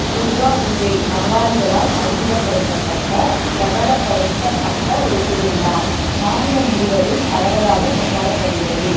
துர்கா பூஜை வங்காளிகளால் அறிமுகப்படுத்தப்பட்ட பிரபலப்படுத்தப்பட்ட ஒரு திருவிழா மாநிலம் முழுவதும் பரவலாக கொண்டாடப்படுகிறது